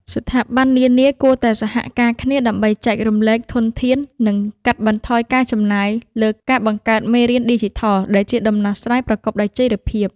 ស្ថាប័ននានាគួរតែ សហការគ្នា ដើម្បីចែករំលែកធនធាន និងកាត់បន្ថយការចំណាយលើការបង្កើតមេរៀនឌីជីថល ដែលជាដំណោះស្រាយប្រកបដោយចីរភាព។